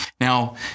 Now